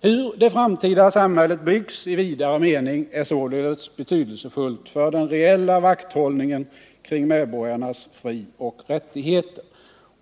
Hur det framtida samhället byggs i vidare mening är således betydelsefullt för den reeila vakthållningen omkring medborgarnas frioch rättigheter.